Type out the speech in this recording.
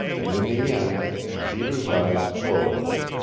and in the end peter's eyes closed,